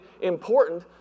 important